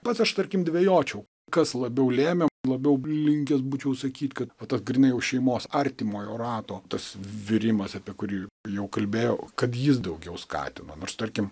pats aš tarkim dvejočiau kas labiau lėmė labiau linkęs būčiau sakyti kad po to grynai šeimos artimojo rato tas virimas apie kurį jau kalbėjau kad jis daugiau skatino nors tarkim